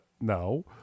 No